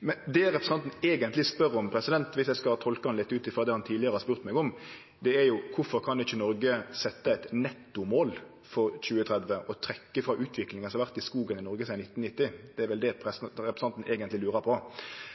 Det representanten eigentleg spør om – dersom eg skal tolke han litt ut frå det han tidlegare har spurt meg om – er: Kvifor kan ikkje Noreg setje eit nettomål for 2030 og trekkje frå utviklinga som har vore i skogen i Noreg sidan 1990? Det er vel det